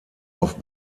auf